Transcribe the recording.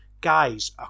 guys